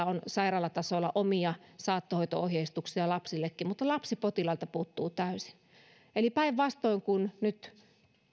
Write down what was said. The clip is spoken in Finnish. on omia saattohoito ohjeistuksia lapsillekin mutta muuten lapsipotilailta ne puuttuvat täysin eli päinvastoin kuin nyt